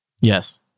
Yes